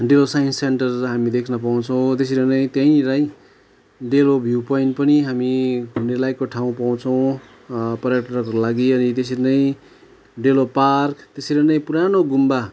डेलो science centre हामी देख्न पाउछौँ त्यसरी नै त्यहीँनिरै डेलो भ्यू पोइन्ट पनि हामी घुम्ने लायकको ठाउँ पाउँछौँ पर्यटकहरूको लागि अनि त्यसरी नै डेलो पार्क त्यसरी नै पुरानो गुम्बा